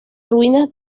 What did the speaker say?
ruinas